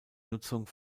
nutzung